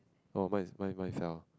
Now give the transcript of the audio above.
oh what's what if I fail